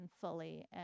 fully